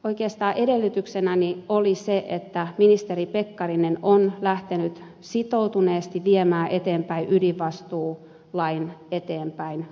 oikeastaan edellytyksenäni oli se että ministeri pekkarinen on lähtenyt sitoutuneesti viemään eteenpäin ydinvastuulain eteenpäinvientiä